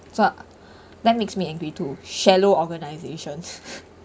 so ah that makes me angry too shallow organisations